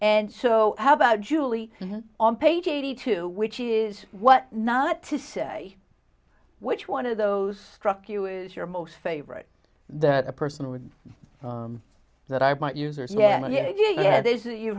and so how about julie on page eighty two which is what not to say which one of those struck you is your most favorite that a person would that i might use or yeah yeah yeah there's a you